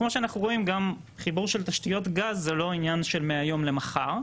כמו שאנחנו רואים גם חיבור של תשתיות גז זה לא עניין של מהיום למחר,